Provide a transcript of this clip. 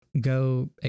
Go